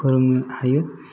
फोरोंनो हायो